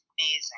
Amazing